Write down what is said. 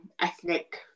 ethnic